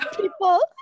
people